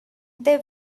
they